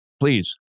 Please